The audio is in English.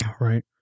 Right